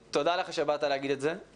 חבר הכנסת בוסו, תודה לך שבאת להגיד את זה.